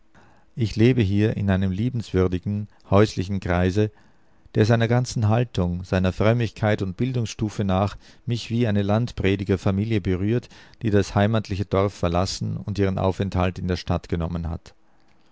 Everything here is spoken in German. ich lebe hier in einem liebenswürdigen häuslichen kreise der seiner ganzen haltung seiner frömmigkeit und bildungsstufe nach mich wie eine landprediger familie berührt die das heimatliche dorf verlassen und ihren aufenthalt in der stadt genommen hat